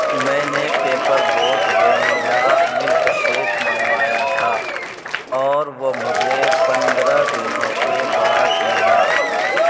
میں نے Paper Boat vanilla milk shake منگوایا تھا اور وہ مجھے پندرہ دنوں کے بعد ملا